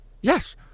Yes